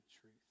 truth